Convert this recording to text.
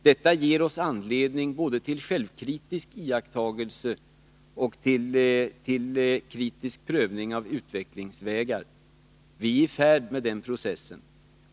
Detta ger oss anledning både till självkritisk iakttagelse och till kritisk prövning av utvecklingsvägar. Vi är i färd med den processen.